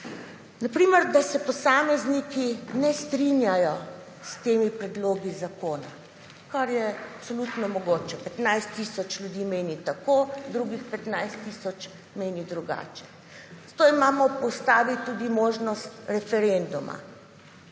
na primer, da se posamezniki ne strinjajo s temi predlogi zakon, kar je absolutno mogoče, 15 tisoč ljudi meni tako, drugih 15 tisoč meni drugače, zato imamo po Ustavi tudi možnost referenduma.